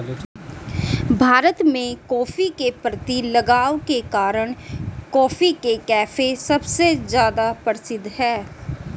भारत में, कॉफ़ी के प्रति लगाव के कारण, कॉफी के कैफ़े सबसे ज्यादा प्रसिद्ध है